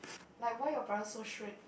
like why your parents so strict